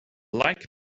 like